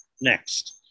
next